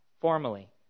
formally